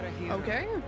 Okay